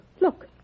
look